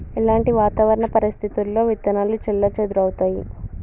ఎలాంటి వాతావరణ పరిస్థితుల్లో విత్తనాలు చెల్లాచెదరవుతయీ?